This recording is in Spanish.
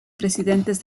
presidentes